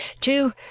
To